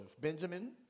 Benjamin